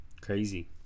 Crazy